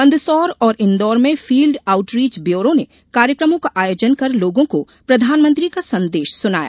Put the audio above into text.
मंदसौर और इंदौर में field outreach bureau ने कार्यकमों का आयोजन कर लोगों को प्रधानमंत्री का संदेश सुनाया